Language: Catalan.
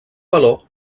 valor